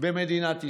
במדינת ישראל.